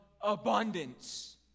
abundance